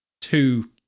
two